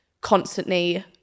constantly